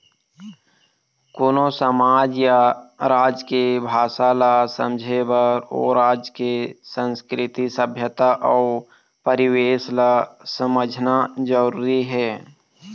कोनो समाज या राज के भासा ल समझे बर ओ राज के संस्कृति, सभ्यता अउ परिवेस ल समझना जरुरी हे